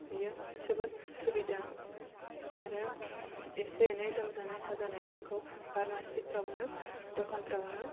जोबोद सुबिदा आरो एसे एनै लोमजानाय साजानायफोरखौ फारमासिफ्रावनो द'खानफ्रावनो